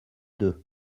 deux